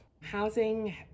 Housing